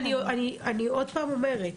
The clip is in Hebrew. הנה, אני עוד פעם אומרת,